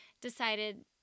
decided